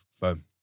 Boom